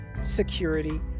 security